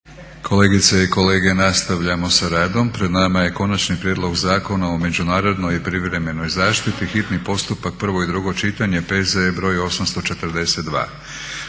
Kolegice i kolege nastavljamo sa radom. Pred nama je: - Konačni prijedlog Zakona o međunarodnoj i privremenoj zaštiti, hitni postupak, prvo i drugo čitanje, P.Z.E. br. 842;